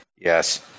yes